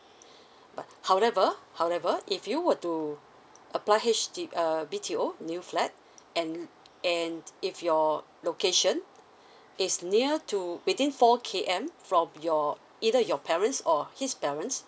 but however however if you were to apply H_D~ uh B_T_O new flat and and if your location is near to within four K_M from your either your parents or his parents